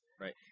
Right